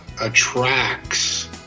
attracts